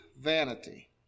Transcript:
vanity